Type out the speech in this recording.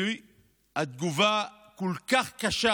ואם התגובה כל כך קשה